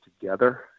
together